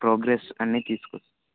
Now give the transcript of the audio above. progress అన్నీ తీసుకొచ్చాం